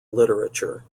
literature